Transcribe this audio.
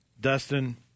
Dustin